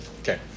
Okay